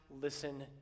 listen